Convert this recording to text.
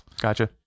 Gotcha